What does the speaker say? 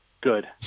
Good